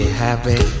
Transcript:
happy